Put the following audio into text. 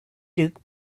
duke